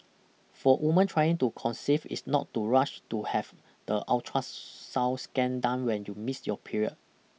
for women trying to conceive is not to rush to have the ultrasound scan done when you miss your period